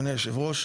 אדוני יושב הראש,